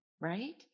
Right